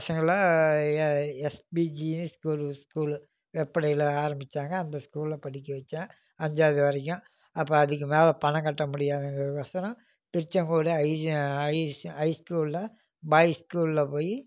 பசங்களை S P ஜினு school ஒரு ஸ்கூலு வெப்படையில் ஆரம்பித்தாங்க அந்த ஸ்கூலில் படிக்க வைச்சேன் அஞ்சாவது வரைக்கும் அப்போ அதுக்கு மேலே பணம் கட்ட முடியாதுங்கிறதுக்கு ஒசரம் திருச்செங்கோடு ஹைஸ் ஸ்கூலில் பாய்ஸ் ஸ்கூலில் போய்